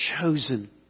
chosen